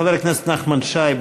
חבר הכנסת נחמן שי,